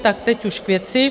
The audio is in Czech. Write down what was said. Tak teď už k věci.